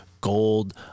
gold